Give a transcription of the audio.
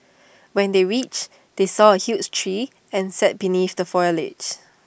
when they reached they saw A huge tree and sat beneath the foliage